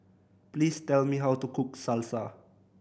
please tell me how to cook Salsa